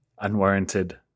unwarranted